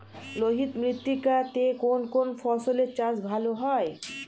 লোহিত মৃত্তিকা তে কোন কোন ফসলের চাষ ভালো হয়?